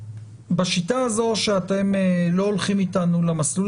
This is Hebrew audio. בשיטה הזו שאתם לא הולכים איתנו למסלול